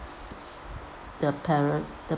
the parent the